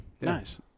nice